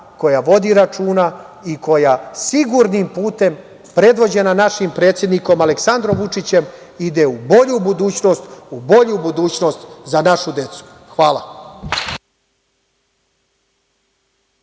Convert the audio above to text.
koja vodi računa i koja sigurnim putem predvođena našim predsednikom Aleksandrom Vučićem ide u bolju budućnost, u bolju budućnost za našu decu. Hvala.